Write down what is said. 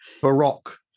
baroque